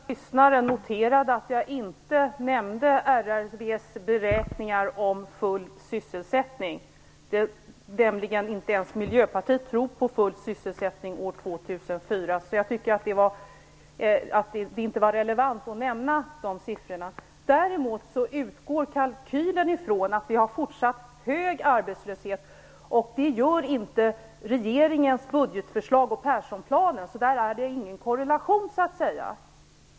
Fru talman! Den observanta lyssnaren noterade att jag inte nämnde RRV:s beräkningar om full sysselsättning. Inte ens Miljöpartiet tror nämligen på full sysselsättning år 2004. Jag tyckte därför att det inte var relevant att nämna de siffrorna. Däremot utgår kalkylen ifrån att vi har fortsatt hög arbetslöshet. Det gör inte regeringens budgetförslag och Perssonplanen. Där är det inte någon korrelation.